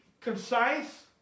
concise